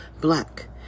black